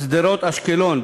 אשקלון,